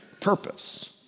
purpose